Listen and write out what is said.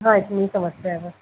हाँ इतनी ही समस्या है